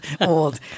old